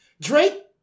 Drake